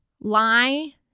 lie